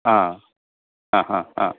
ആ അ ഹ ആ